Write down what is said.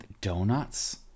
donuts